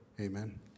Amen